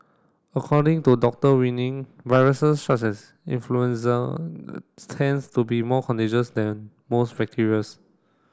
according to Doctor Winning viruses such as influenza tends to be more contagious than most bacterias